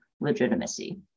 legitimacy